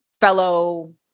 fellow